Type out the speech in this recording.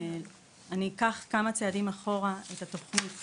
אני אקח כמה צעדים אחורה את התוכנית